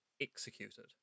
executed